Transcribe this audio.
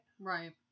Right